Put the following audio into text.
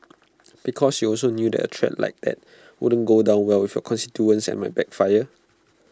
because you also knew that A threat like that wouldn't go down well with your constituents and might backfire